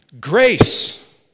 Grace